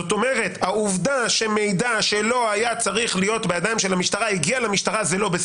העובדה שמידע שלא היה צריך להיות בידיים של המשטרה הגיע למשטרה,